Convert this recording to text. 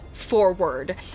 forward